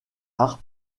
harpe